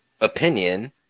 opinion